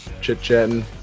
Chit-chatting